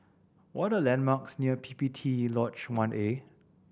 what are the landmarks near P P T Lodge One A